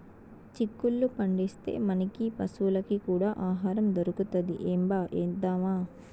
చిక్కుళ్ళు పండిస్తే, మనకీ పశులకీ కూడా ఆహారం దొరుకుతది ఏంబా ఏద్దామా